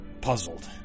puzzled